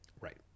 Right